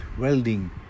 welding